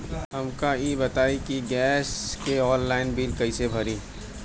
हमका ई बताई कि गैस के ऑनलाइन बिल कइसे भरी?